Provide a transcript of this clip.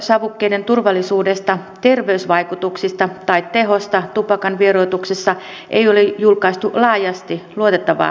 sähkösavukkeiden turvallisuudesta terveysvaikutuksista tai tehosta tupakan vieroituksessa ei ole julkaistu laajasti luotettavaa tutkimustietoa